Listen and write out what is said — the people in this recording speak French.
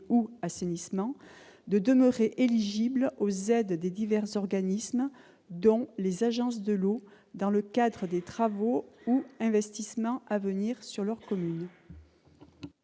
« assainissement » de demeurer éligibles aux aides des divers organismes, dont les agences de l'eau, dans le cadre des travaux ou investissements à venir sur leur